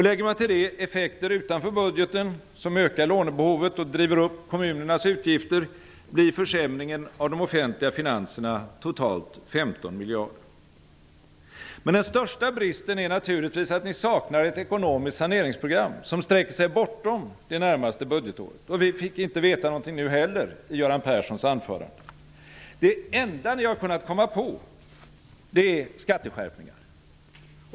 Lägger man till det effekter utanför budgeten, som ökar lånebehovet och driver upp kommunernas utgifter, blir försämringen av de offentliga finanserna totalt 15 miljarder. Men den största bristen är naturligtvis att ni saknar ett ekonomiskt saneringsprogram som sträcker sig bortom det närmaste budgetåret. Vi fick inte heller nu veta någonting i Göran Perssons anförande. Det enda ni kunnat komma på är skatteskärpningar.